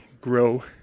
grow